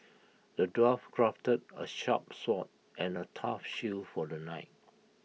the dwarf crafted A sharp sword and A tough shield for the knight